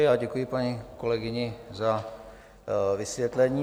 A děkuji paní kolegyni za vysvětlení.